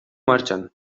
martxan